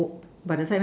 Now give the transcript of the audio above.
but that side meh